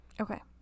Okay